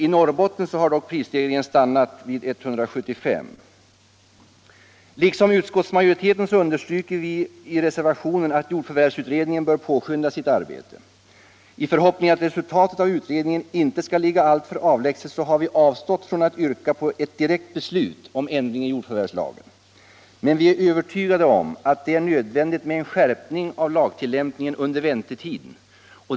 I Norrbotten har dock prisstegringen stannat vid 175. Liksom utskottsmajoriteten understryker vi i reservationen att jordförvärvsutredningen bör påskynda sitt arbete. I förhoppning att resultatet av utredningen inte skall ligga alltför avlägset har vi avstått från att yrka på ett direkt beslut om ändring i jordförvärvslagen. Men vi är övertygade om att det är nödvändigt med en skärpning av lagtillämpningen under väntetiden.